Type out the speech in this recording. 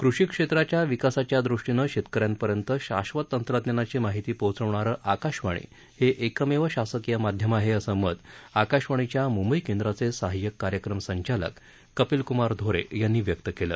कृषी क्षेत्राच्या विकासाच्यादृष्टीनं शेतकऱ्यांपर्यंत शाश्वत तंत्रज्ञानाची माहिती पोहचवणारं आकाशवाणी हे एकमेव शासकीय माध्यम आहे असं मत आकाशवाणीच्या मुंबई केंद्राचे सहाय्यक कार्यक्रम संचालक कपिलकुमार धोरे यांनी व्यक्त केलं